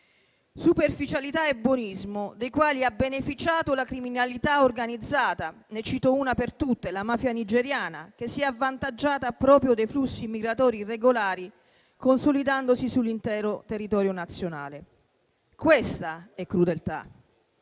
Superficialità e buonismo dei quali ha beneficiato la criminalità organizzata; ne cito una per tutte, la mafia nigeriana, che si è avvantaggiata proprio dei flussi migratori irregolari, consolidandosi sull'intero territorio nazionale. Questa è crudeltà.